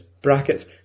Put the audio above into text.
Brackets